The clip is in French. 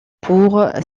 pour